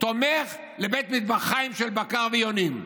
תומך לבית מטבחיים של בקר ויונים.